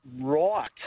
right